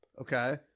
Okay